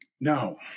No